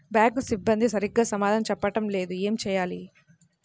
Bank సిబ్బంది సరిగ్గా సమాధానం చెప్పటం లేదు ఏం చెయ్యాలి?